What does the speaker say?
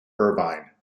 irvine